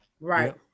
Right